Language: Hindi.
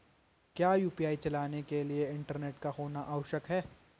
क्या यु.पी.आई चलाने के लिए इंटरनेट का होना आवश्यक है?